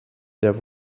there